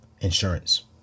insurance